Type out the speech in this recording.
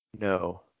No